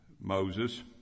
Moses